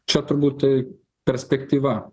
čia turbūt tai perspektyva